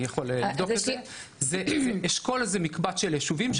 אבל אשכול זה מקבץ של ישובים,